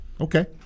Okay